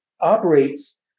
operates